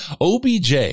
OBJ